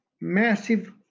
massive